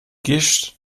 gischt